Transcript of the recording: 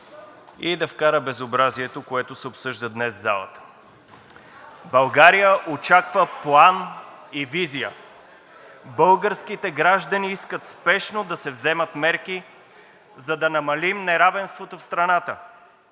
и да вкара безобразието, което се обсъжда днес в залата. България очаква план и визия. Българските граждани искат спешно да се вземат мерки, за да намалим неравенството в страната,